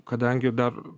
kadangi dar